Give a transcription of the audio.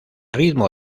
ritmo